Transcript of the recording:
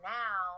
now